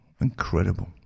Incredible